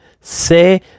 C'est